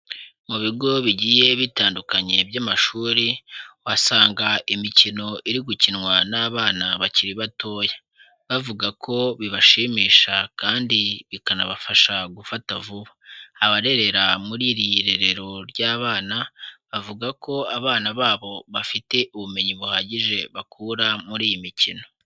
Mu bigo bigiye bitandukanye by'amashuri uhasanga imikino iri gukinwa n'abana bakiri batoya, bavuga ko bibashimisha kandi bikanabafasha gufata vuba, abarerera muri iri rerero ry'abana bavuga ko abana babo bafite ubumenyi buhagije bakura muri iyi mikino.